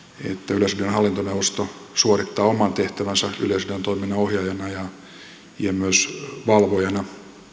yleisradion hallintoneuvosto suorittaa oman tehtävänsä yleisradion toiminnan ohjaajana ja myös valvojana